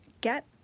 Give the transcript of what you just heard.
get